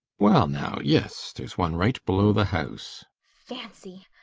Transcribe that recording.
well now, yes, there's one right below the house. fancy.